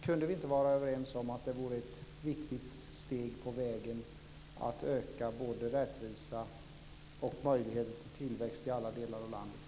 Kunde vi inte vara överens om att det vore ett viktigt steg på vägen att öka både rättvisa och möjligheter till tillväxt i alla delar av landet?